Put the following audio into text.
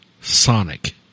Sonic